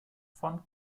von